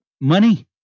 money